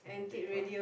this one